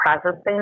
processing